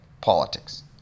politics